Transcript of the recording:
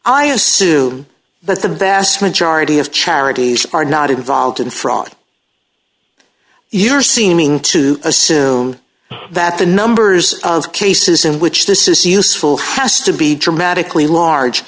i assume that the vast majority of charities are not involved in fraud you're seeming to assume that the numbers of cases in which this is useful has to be dramatically large